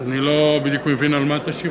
אז אני לא בדיוק מבין על מה תשיב